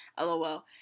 lol